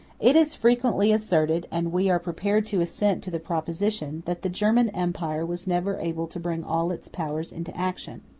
it is frequently asserted, and we are prepared to assent to the proposition, that the german empire was never able to bring all its powers into action.